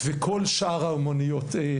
וכל שאר האומנויות.